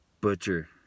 Butcher